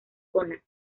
zona